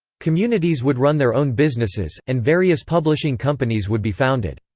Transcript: communities would run their own businesses, and various publishing companies would be founded.